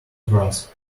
grass